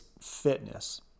fitness